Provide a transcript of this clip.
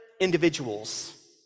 individuals